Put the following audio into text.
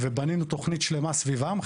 ובנינו תוכנית שלמה סביבם.